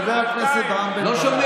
חבר הכנסת רם בן ברק, לא שומע.